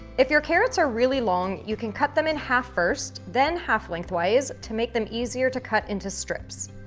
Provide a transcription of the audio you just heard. if your carrots are really long, you can cut them in half first then half lengthwise to make them easier to cut into strips.